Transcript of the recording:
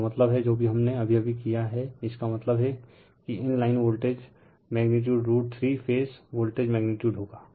इसका मतलब हैं जो भी हमने अभी अभी किया हैं इसका मतलब है कि इन line voltage magnitude root 3 phase voltage magnitude होगा